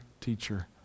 teacher